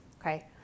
Okay